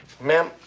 Ma'am